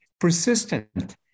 persistent